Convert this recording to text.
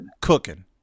cooking